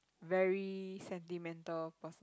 very sentimental person